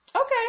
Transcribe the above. okay